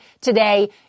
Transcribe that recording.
today